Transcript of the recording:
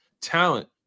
Talent